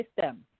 system